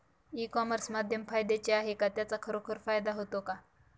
E commerce माध्यम फायद्याचे आहे का? त्याचा खरोखर फायदा होतो का?